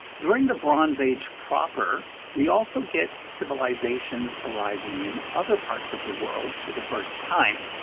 during the bronze age proper, we also get civilizations arising in other parts of the world for the first time,